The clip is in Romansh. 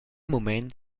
mument